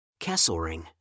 Kesselring